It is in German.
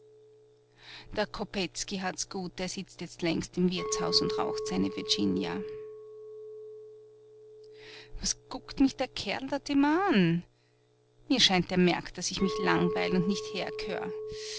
der kopetzky hat's gut der sitzt jetzt längst im wirtshaus und raucht seine virginia was guckt mich denn der kerl dort immer an mir scheint der merkt daß ich mich langweil und nicht